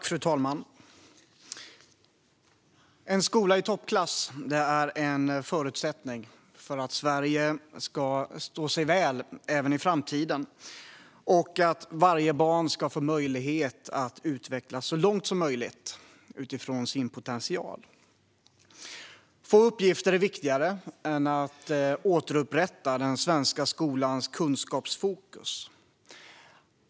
Fru talman! En skola i toppklass är en förutsättning för att Sverige ska stå sig väl även i framtiden och för att varje barn ska få möjlighet att utvecklas så mycket som möjligt utifrån sin potential. Få uppgifter är viktigare än att återupprätta den svenska skolans kunskapsfokus.